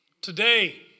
Today